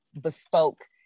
bespoke